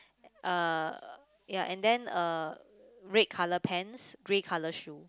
uh ya and then uh red colour pants grey colour shoe